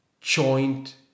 joint